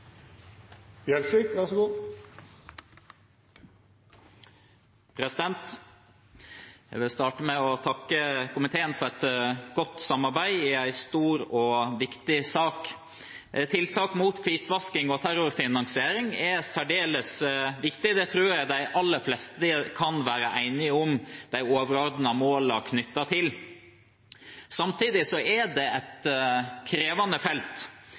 Gjelsvik, som får ordet for saksordførar Oddvar Igland. Jeg vil starte med å takke komiteen for et godt samarbeid i en stor og viktig sak. Tiltak mot hvitvasking og terrorfinansiering er særdeles viktig. Jeg tror de aller fleste kan være enige om de overordnede målene knyttet til det. Samtidig er det et krevende felt.